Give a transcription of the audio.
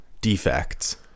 defects